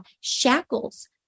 shackles